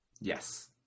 Yes